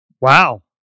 Wow